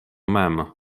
mem